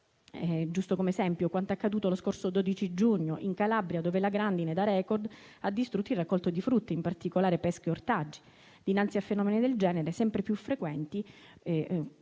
episodio come esempio, ovvero quanto accaduto lo scorso 12 giugno in Calabria, dove la grandine da *record* ha distrutto il raccolto di frutta, in particolare pesche e ortaggi. Dinanzi a fenomeni del genere, sempre più frequenti